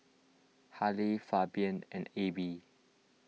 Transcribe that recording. Harlie Fabian and A B